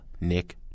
Nick